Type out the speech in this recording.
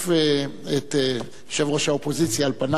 את יושב-ראש האופוזיציה על פנייך.